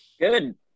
good